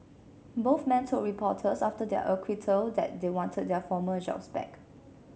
both men told reporters after their acquittal that they wanted their former jobs back